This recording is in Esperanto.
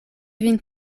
vin